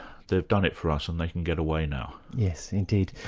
they've done it for us and they can get away now. yes, indeed.